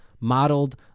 modeled